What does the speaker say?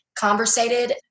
conversated